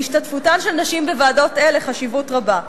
להשתתפותן של נשים בוועדות אלה חשיבות רבה,